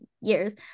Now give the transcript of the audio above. years